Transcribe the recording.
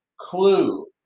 clue